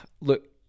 look